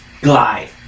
glide